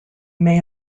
may